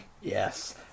Yes